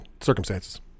circumstances